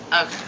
Okay